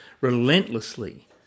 relentlessly